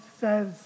says